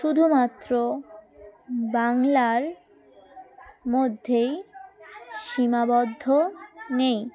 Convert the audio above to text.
শুধুমাত্র বাংলার মধ্যেই সীমাবদ্ধ নেই